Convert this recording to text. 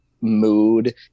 mood